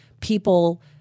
people